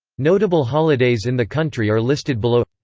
notable holidays in the country are listed below